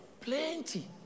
Plenty